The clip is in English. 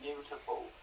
beautiful